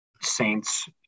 saints